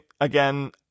again